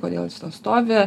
kodėl stovi